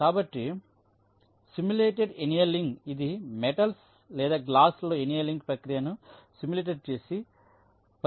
కాబట్టి simulated annealing ఇది metals లేదా గ్లాస్ లలో ఎనియలింగ్ ప్రక్రియను సిములేట్ చేసే ప్రక్రియ అని నేను ప్రస్తావించాను